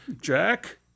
Jack